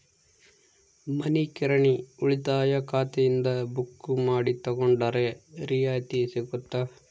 ಮನಿ ಕಿರಾಣಿ ಉಳಿತಾಯ ಖಾತೆಯಿಂದ ಬುಕ್ಕು ಮಾಡಿ ತಗೊಂಡರೆ ರಿಯಾಯಿತಿ ಸಿಗುತ್ತಾ?